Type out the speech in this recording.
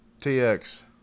TX